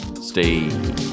Stay